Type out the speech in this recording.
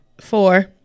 four